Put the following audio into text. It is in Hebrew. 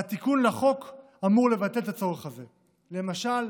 והתיקון לחוק אמור לבטל את הצורך הזה: למשל,